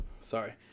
sorry